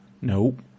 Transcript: Nope